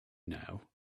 now